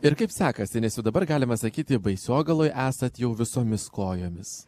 ir kaip sekasi nes jau dabar galima sakyti baisogaloj esat jau visomis kojomis